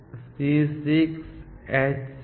C6H6